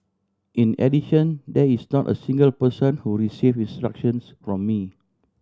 in addition there is not a single person who received instructions from me